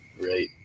right